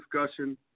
discussion